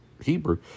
Hebrew